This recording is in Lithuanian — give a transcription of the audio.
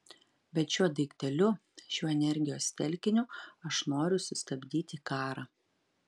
bet šiuo daikteliu šiuo energijos telkiniu aš noriu sustabdyti karą